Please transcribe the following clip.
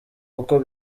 kuko